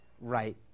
right